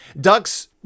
Ducks